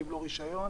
גם לא קיבלו את דעתנו.